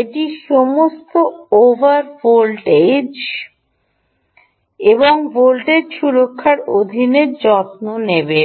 এটি সমস্ত over voltage এবং ভোল্টেজ সুরক্ষার অধীনে যত্ন নেবে